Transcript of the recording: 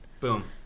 Boom